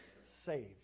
saved